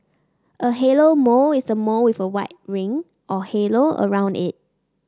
a halo mole is a mole with a white ring or halo around it